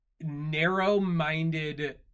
narrow-minded